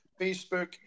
Facebook